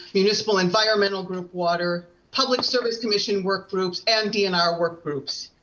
municipal environmental group water, public service commission work groups, and dnr work groups.